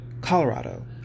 colorado